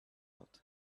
out